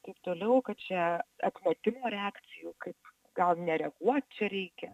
taip toliau kad čia atmetimo reakcijų kaip gal nereaguot čia reikia